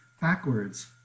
backwards